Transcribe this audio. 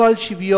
לא על שוויון,